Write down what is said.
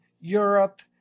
Europe